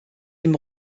dem